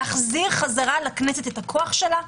להחזיר לכנסת את הכוח שלה,